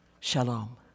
Shalom